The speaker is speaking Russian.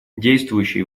действующий